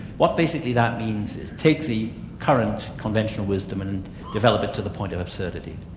what basically that means is take the current conventional wisdom and develop it to the point of absurdity.